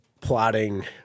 plotting